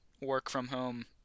work-from-home